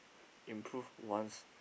improve one's